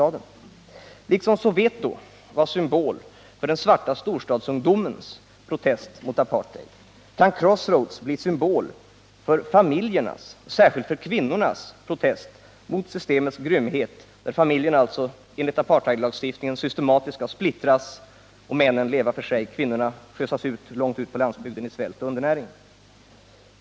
Liksom upproret i Soveto blev en symbol för den svarta storstadsungdomens protest mot apartheid har Crossroads blivit en symbol för familjernas, särskilt kvinnornas, protest mot systemets grymhet. Enligt apartheidlagstiftningen skall nämligen familjerna systematiskt splittras; männen skall leva för sig, och kvinnorna och barnen skall fösas långt ut på landsbygden för att leva i svält och undernäring.